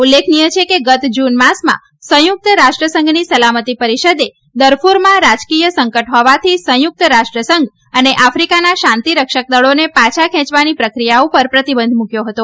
ઉલ્લેખનીય છે કે ગત જૂન માસમાં સંયુક્ત રાષ્ટ્ર સંઘની સલામતી પરિષદે દરક્રરમાં રાજકીય સંકટ હોવાથી સંયુક્ત રાષ્ટ્ર સંઘ અને આફિકાના શાંતિ રક્ષકદળોને પાછા ખેંચવાની પ્રક્રિયા ઉપર પ્રતિબંધ મુક્યો હતો